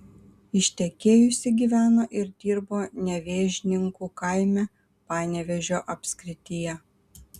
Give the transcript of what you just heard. ištekėjusi gyveno ir dirbo nevėžninkų kaime panevėžio apskrityje